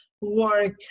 work